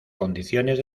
condiciones